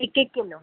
हिकु हिकु किलो